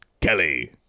Kelly